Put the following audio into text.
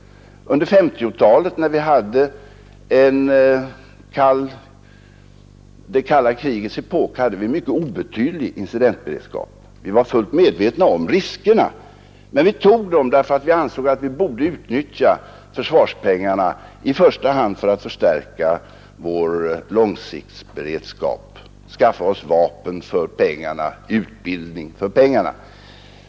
Under 1950-talet när det kalla krigets epok varade hade vi en mycket obetydlig incidentberedskap. Vi var fullt medvetna om riskerna, men vi tog dem därför att vi ansåg att vi borde utnyttja försvarspengarna i första hand till att förstärka vår långsiktsberedskap, skaffa oss vapen och bedriva utbildning för pengarna.